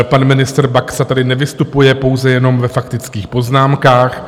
Pan ministr Baxa tady nevystupuje, pouze jenom ve faktických poznámkách.